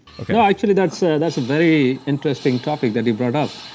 well, actually that's so that's a very interesting topic that you brought up.